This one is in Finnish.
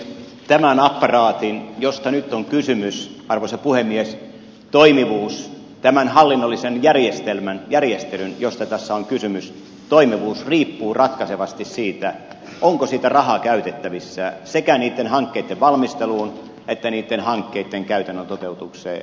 tämän apparaatin josta nyt on kysymys arvoisa puhemies toimivuus tämän hallinnollisen järjestelmän järjestelyn josta tässä on kysymys toimivuus riippuu ratkaisevasti siitä onko sitä rahaa käytettävissä sekä niitten hankkeitten valmisteluun että niitten hankkeitten käytännön toteutukseen